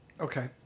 Okay